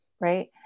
right